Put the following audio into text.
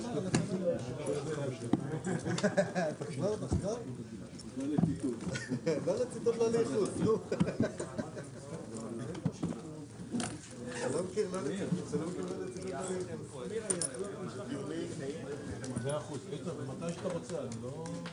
11:04.